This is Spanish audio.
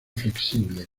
flexible